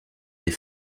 des